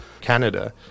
Canada